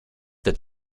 that